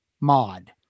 mod